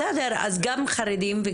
בסדר, אז גם חרדים.